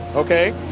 okay?